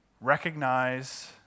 Recognize